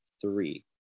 three